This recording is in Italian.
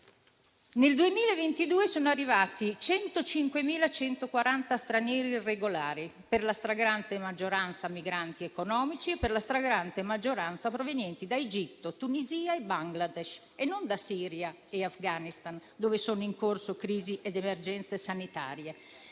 Nel 2022 sono arrivati 105.140 stranieri irregolari, per la stragrande maggioranza migranti economici, provenienti da Egitto, Tunisia e Bangladesh, non da Siria e Afghanistan, dove sono in corso crisi ed emergenze sanitarie.